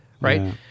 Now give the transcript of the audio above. right